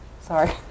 sorry